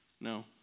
No